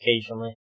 occasionally